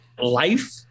Life